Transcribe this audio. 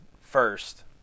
first